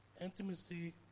intimacy